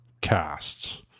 casts